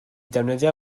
ddefnyddio